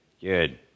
Good